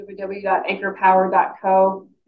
www.anchorpower.co